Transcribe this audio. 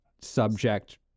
subject